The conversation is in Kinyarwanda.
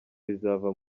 rizava